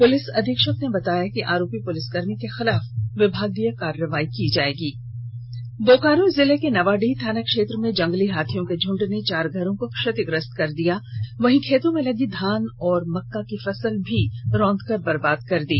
police अधीक्षक ने बताया कि आरोपी पुलिसकर्मी के खिलाफ विभागीय कार्रवाई की जाएगी बोकारो जिले के नावाडीह थाना क्षेत्र में जंगली हाथियों के झुंड ने चार घरों को क्षतिग्रस्त कर दिया वहीं खेतों में लगी धान और मक्का की फसल को रौंदकर बर्बाद कर दी